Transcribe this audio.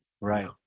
Right